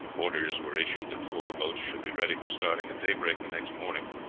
orders were issued that four boats should be ready for starting at daybreak the next morning.